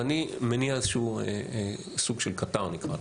אני מניע איזשהו סוג של קטר.